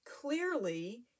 clearly